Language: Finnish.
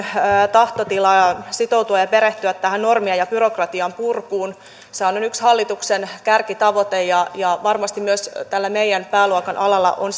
tahtotilaa sitoutua ja perehtyä tähän normien ja byrokratian purkuun sehän on yksi hallituksen kärkitavoite ja ja varmasti myös tällä meidän pääluokan alalla on